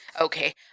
okay